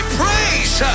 praise